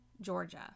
Georgia